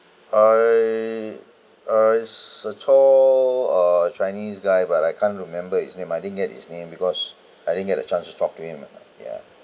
err uh it's a tall uh chinese guy but I can't remember his name I didn't get his name because I didn't get the chance to talk to him ya